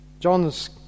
John's